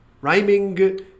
Rhyming